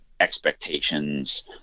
expectations